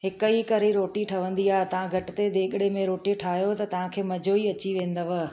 हिक ई करे रोटी ठहंदी आहे तव्हां घटि ते देगिड़े में रोटी ठाहियो त तव्हांखे मज़ो ई अची वेंदव